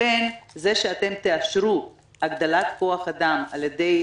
לכן זה שאתם תאפשרו הגדלת כוח אדם על ידי